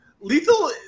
Lethal